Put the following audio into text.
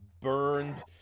burned